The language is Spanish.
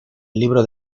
libro